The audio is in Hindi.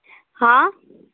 हाँ